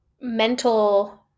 mental